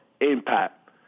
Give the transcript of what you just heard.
impact